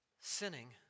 sinning